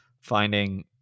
finding